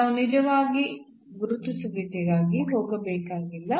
ನಾವು ನಿಜವಾಗಿ ಗುರುತಿಸುವಿಕೆಗೆ ಹೋಗಬೇಕಾಗಿಲ್ಲ